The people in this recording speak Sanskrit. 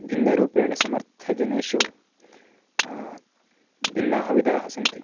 भिन्नरूपेणसमर्थजनेषु भिन्नाः विधाः सन्ति